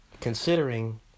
considering